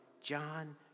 John